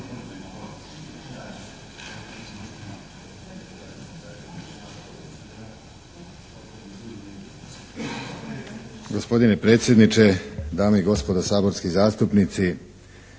Gospodine predsjedniče, dame i gospodo saborski zastupnici.